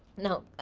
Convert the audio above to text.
now,